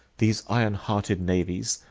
these iron hearted navies,